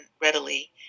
readily